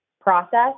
process